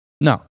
No